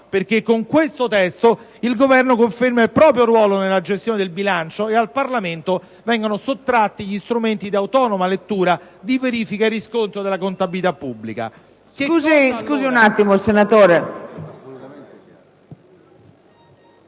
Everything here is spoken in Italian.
perché con questo testo il Governo conferma il proprio ruolo nella gestione del bilancio e al Parlamento vengono sottratti gli strumenti di autonoma lettura, di verifica e riscontro della contabilità pubblica.